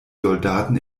soldaten